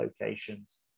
locations